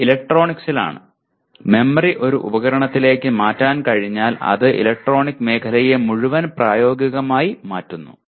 ഇത് ഇലക്ട്രോണിക്സിലാണ് മെമ്മറി ഒരു ഉപകരണത്തിലേക്ക് മാറ്റാൻ കഴിഞ്ഞാൽ അത് ഇലക്ട്രോണിക് മേഖലയെ മുഴുവൻ പ്രായോഗികമായി മാറ്റുന്നു